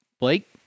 Blake